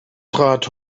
trat